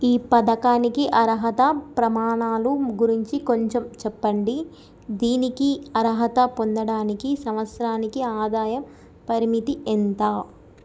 ఈ పథకానికి అర్హత ప్రమాణాలు గురించి కొంచెం చెప్పండి దీనికి అర్హత పొందడానికి సంవత్సరానికి ఆదాయ పరిమితి ఎంత